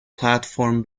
platform